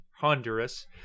Honduras